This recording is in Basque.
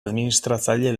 administratzaile